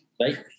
Right